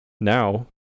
now